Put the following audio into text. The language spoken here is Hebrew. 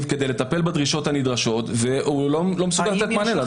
לטפל בדרישות הנדרשות והוא לא מסוגל לתת מענה לדבר.